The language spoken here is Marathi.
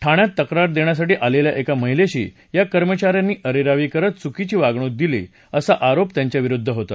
ठाण्यात तक्रार दख्यासाठी आलख्या एका महिलांची या कर्मचाऱ्यांनी अरस्त्री करत चुकीची वागणूक दिली असा आरोप त्यांच्याविरूद्ध होता